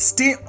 Stay